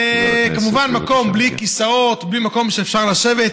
כמובן, מקום בלי כיסאות, בלי מקום שאפשר לשבת.